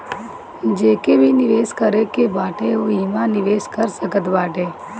जेके भी निवेश करे के बाटे उ इहवा निवेश कर सकत बाटे